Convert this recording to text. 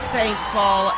thankful